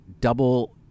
double